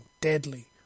deadly